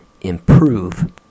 improve